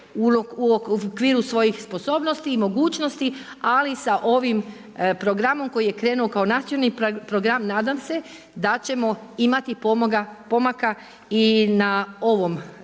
u okviru svojih sposobnosti i mogućnosti, ali sa ovim programom koji je krenuo kao nacionalni program. Nadam se da ćemo imati pomaka i na ovom, znači